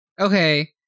Okay